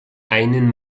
einen